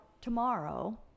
tomorrow